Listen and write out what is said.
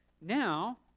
Now